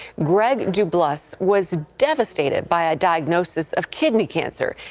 grade doublas was devastated by a diagnosis of kidney cancer.